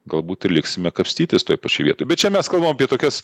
galbūt ir liksime kapstytis toj pačioj vietoj bet čia mes kalbam apie tokias